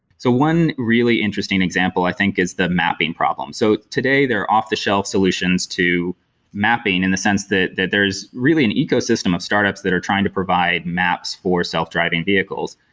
so one really interesting example i think is the mapping problem. so today, there are off-the shelf solutions to mapping in the sense that that there is really an ecosystem of startups that are trying to provide maps for self-driving vehicles.